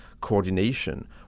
coordination